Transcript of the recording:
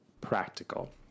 practical